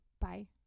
bye